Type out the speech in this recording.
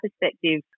perspective